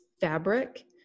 fabric